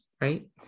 right